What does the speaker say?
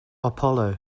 apollo